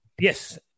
yes